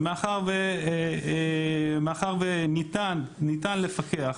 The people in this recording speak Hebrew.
ומאחר וניתן לפקח,